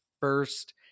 first